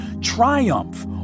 triumph